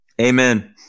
Amen